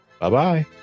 Bye-bye